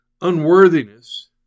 unworthiness